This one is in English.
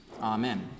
amen